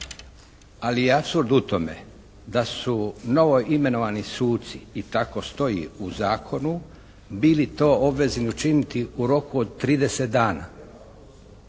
Ali je apsurd u tome da su novo imenovani suci i tako stoji u zakonu bili to obvezni učiniti u roku od trideset